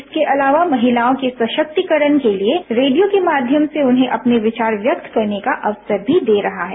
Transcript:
इसके अलावा महिलाओं के सशक्तिकरण के लिए रेडियो के माध्यम से उन्हें अपने विचार व्यक्त करने का अवसर भी दे रहा है